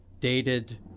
dated